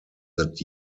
that